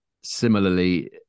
Similarly